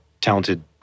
talented